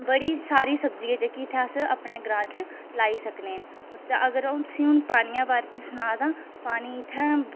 बड़ी सारी सब्ज़ी ऐ जेह्की अस अपने ग्रांऽ च लाई सकने ते अगर अस हून पानियै दे बारे च सनां तां पानी इत्थें